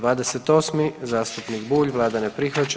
28. zastupnik Bulj, Vlada ne prihvaća.